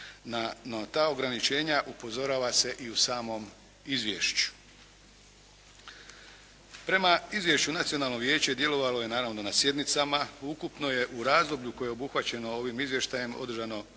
ta ograničenja upozorava se i u samom izvješću. Prema izvješću nacionalno vijeće djelovalo je naravno na sjednicama. Ukupno je u razdoblju koje je obuhvaćeno ovim izvještajem održano deset